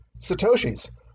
Satoshis